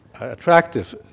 attractive